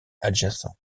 adjacents